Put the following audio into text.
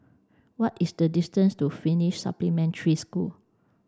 what is the distance to Finnish Supplementary School